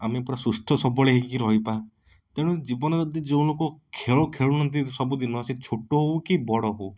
ଆମେ ପୁରା ସୁସ୍ଥ ଶବଳ ହେଇକି ରହିବା ତେଣୁ ଜୀବନରେ ଯଦି ଯେଉଁ ଲୋକ ଖେଳ ଖେଳୁ ନାହାଁନ୍ତି ସବୁଦିନ ସେ ଛୋଟ ହଉ କି ବଡ଼ ହଉ